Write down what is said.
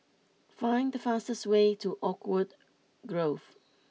find the fastest way to Oakwood Grove